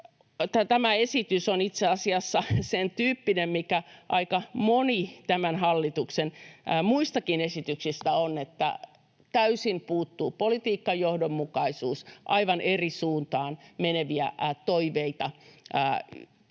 tämä esitys on itse asiassa sentyyppinen, mitä aika moni tämän hallituksen muistakin esityksistä on, että täysin puuttuu politiikkajohdonmukaisuus, aivan eri suuntaan meneviä toiveita ikään